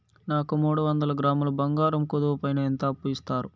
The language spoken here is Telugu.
నాకు మూడు వందల గ్రాములు బంగారం కుదువు పైన ఎంత అప్పు ఇస్తారు?